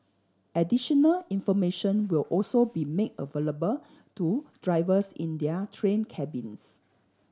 additional information will also be made available to drivers in their train cabins